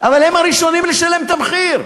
אבל הם הראשונים לשלם את המחיר.